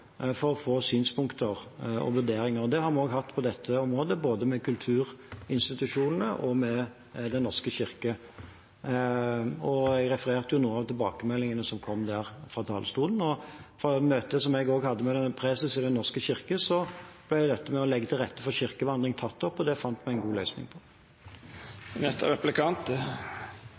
for å få synspunkter og vurderinger. Det har vi også hatt på dette området, både med kulturinstitusjonene og med Den norske kirke. Jeg refererte jo fra talerstolen noen av tilbakemeldingene som kom der. Og på møtet som jeg også hadde med preses i Den norske kirke, ble dette med å legge til rette for kirkevandring tatt opp, og det fant vi en god løsning